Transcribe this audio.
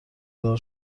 دار